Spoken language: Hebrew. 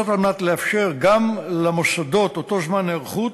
כדי לאפשר גם למוסדות אותו זמן היערכות,